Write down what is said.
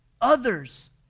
others